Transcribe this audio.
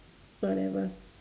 whatever